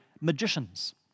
magicians